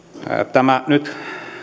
tämä nyt